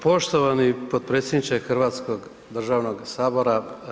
Poštovani potpredsjedniče Hrvatskog državnog sabora.